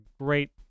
great